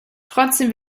trotzdem